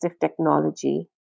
technology